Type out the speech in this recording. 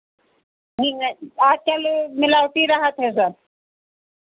नहीं है आज कल मिलावटी रहत है सब